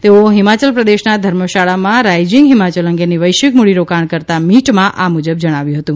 તેઓ હિમાચલ પ્રદેશના ધર્મશાળામાં રાયજિંગ હિમાચલ અંગેની વૈશ્વિક મૂડીરોકાણકર્તા મિટમાં આ મુજબ જણાવ્યું હતુ